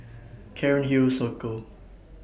Cairnhill Circle